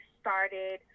started